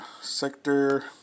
sector